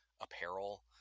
apparel